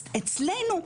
אז אצלנו,